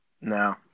No